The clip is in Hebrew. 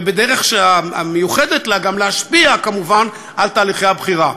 ובדרך המיוחדת לה להשפיע כמובן על תהליכי הבחירה.